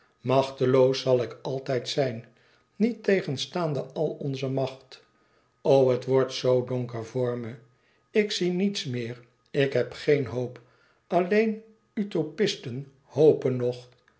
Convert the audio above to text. machteloos zal ik altijd zijn niettegenstaande àl onze macht o het wordt zoo donker voor me ik zie niets meer ik heb geen hoop alleen utopisten hopen nog